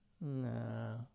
No